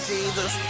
Jesus